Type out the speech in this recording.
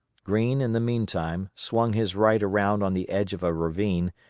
greene, in the meantime, swung his right around on the edge of a ravine,